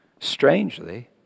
strangely